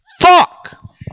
Fuck